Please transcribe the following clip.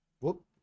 Whoop